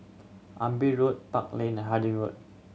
Amber Road Park Lane Harding Road